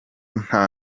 nta